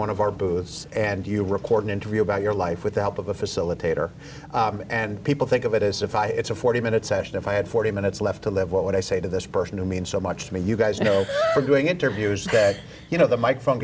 one of our booths and you record an interview about your life with the help of a facilitator and people think of it as if i it's a forty minute session if i had forty minutes left to live what would i say to this person who means so much to me you guys you know are doing interviews that you know the mike from